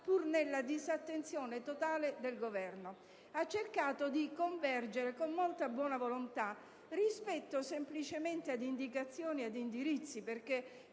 pur nella disattenzione totale del Governo e ha cercato di convergere, con molta buona volontà, rispetto ad indicazioni ed indirizzi. Ci